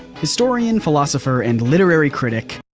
historian, philosopher, and literary critic.